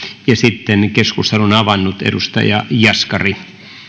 ja sitten keskustelun avannut edustaja jaskari